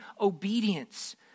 obedience